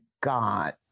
god